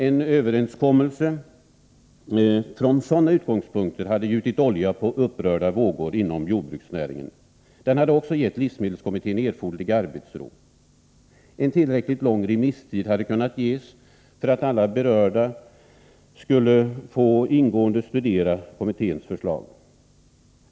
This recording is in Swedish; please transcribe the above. En överenskommelse från sådana utgångspunkter hade gjutit olja på upprörda vågor inom jordbruksnäringen. Den hade också gett livsmedelskommittén erforderlig arbetsro. En tillräckligt lång remisstid hade kunnat ges, så att alla berörda kunnat ingående studera kommitténs förslag.